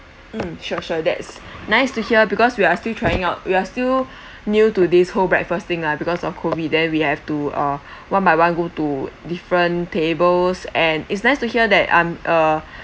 mm sure sure that's nice to hear because we are still trying out we are still new to this whole breakfast thing lah because of COVID then we have to uh one by one go to different tables and it's nice to hear that um uh